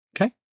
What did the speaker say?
Okay